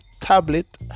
tablet